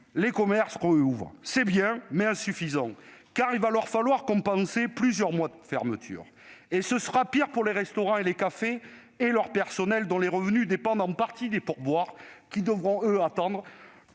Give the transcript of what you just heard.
les commerces rouvrent : c'est bien, mais c'est insuffisant, car il va leur falloir compenser plusieurs mois de fermeture. Et ce sera pire pour les restaurants, les cafés et leurs personnels, dont les revenus dépendent en partie des pourboires- ils devront attendre